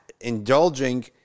indulging